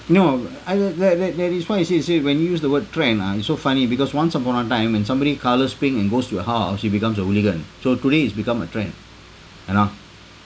no I uh tha~ that that is why you see you see when you use the word trend ah it's so funny because once upon a time when somebody colours pink and goes to your house he becomes a hooligan so today it's become a trend you know